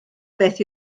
beth